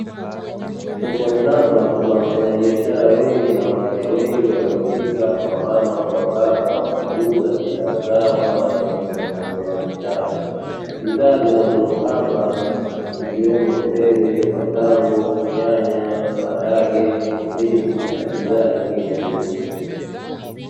Sokoni hapa kuna wafanyabiashara wengi na wateja wengi waliofika; wamama kwa wababa wakiuza bidhaa zao na waliokuja kununua bidhaa. Bidhaa zinazouzwa hapa zikiwemo: mchele, matango ,nyanya, maharage, ndizi, na bidhaa zingine nyingi.